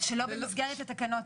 שלא במסגרת התקנות.